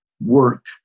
work